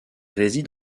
réside